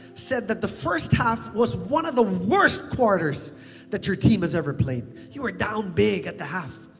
said that the first half was one of the worst quarters that your team has ever played. you were down big at the half.